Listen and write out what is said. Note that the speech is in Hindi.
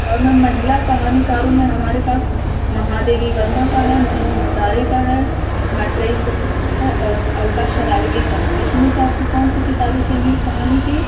और मैम महिला कहानीकारों में हमारे पास महादेवी वर्मा का है मन्नू भंडारी का है मैत्रेयी का है और अलका शरालगी का है इसमें से आपको कौन सी किताबें चाहिए कहानी की